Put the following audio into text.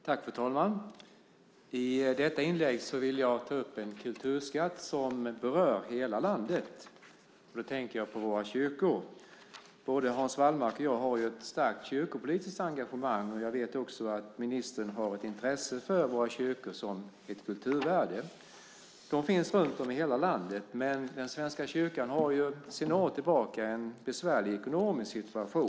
Fru talman! I detta inlägg vill jag ta upp en kulturskatt som berör hela landet. Då tänker jag på våra kyrkor. Både Hans Wallmark och jag har ett starkt kyrkopolitiskt engagemang. Jag vet också att ministern har ett intresse för våra kyrkor som ett kulturvärde. De finns runt om i hela landet, men Svenska kyrkan har sedan några år tillbaka en besvärlig ekonomisk situation.